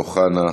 אוחנה,